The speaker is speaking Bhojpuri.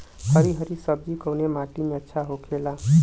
हरी हरी सब्जी कवने माटी में अच्छा होखेला?